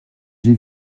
j’ai